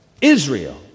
Israel